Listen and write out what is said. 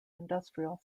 industrial